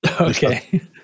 Okay